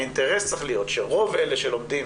האינטרס צריך להיות שרוב אלה שלומדים